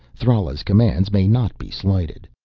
thrala's commands may not be slighted.